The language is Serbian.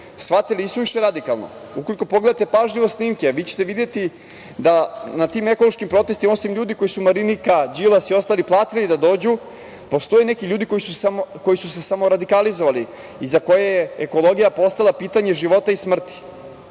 shvatili i suviše radikalno. Ukoliko pogledate pažljivo snimke, a vi ćete videti da na tim ekološkim protestima osim ljudi kojima su Marinika, Đilas i ostali platili da dođu, postoje neki ljudi koji su se samo radikalizovali i za koje je ekologija postala pitanje života i smrti.